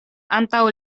antaŭ